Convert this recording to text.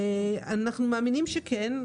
אנחנו מאמינים שכן.